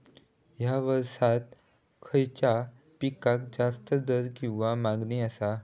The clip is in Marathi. हया वर्सात खइच्या पिकाक जास्त दर किंवा मागणी आसा?